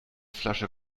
flasche